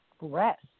rest